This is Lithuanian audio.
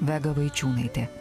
vega vaičiūnaitė